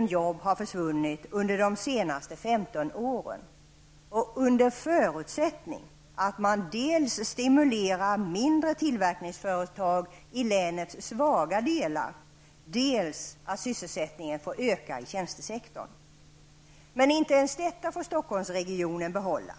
000 jobb försvunnit under de senaste femton åren -- under förutsättning att man dels stimulerar mindre tillverkningsföretag i länets svaga delar, dels att sysselsättningen får öka i tjänstesektorn. Men inte ens detta får Stockholmsregionen behålla.